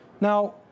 Now